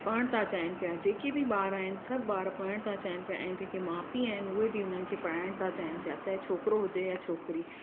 पढ़णु था चाहिनि पिया जेके बि ॿार आहिनि सभु ॿार पढ़णु था चाहिनि पिया ऐं जेके माउ पीअ आहिनि उहे बि उन्हनि खे पढ़ाइण था चाहिनि पिया चाहे छोकिरो हुजे या छोकिरी